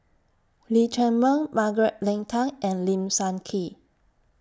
Lee Chiaw Meng Margaret Leng Tan and Lim Sun Gee